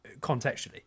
contextually